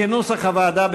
כנוסח הוועדה,